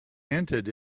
hinted